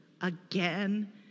again